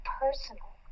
personal